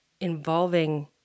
involving